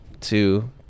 two